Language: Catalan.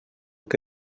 que